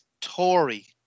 Tory